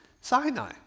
Sinai